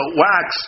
wax